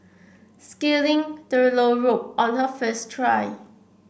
scaling the low rope on her first try